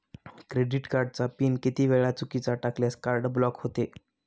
Credit कार्डचा pin किती वेळा चुकीचा टाकल्यास कार्ड ब्लॉक होते?